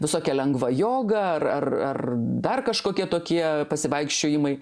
visokia lengva joga ar ar ar dar kažkokie tokie pasivaikščiojimai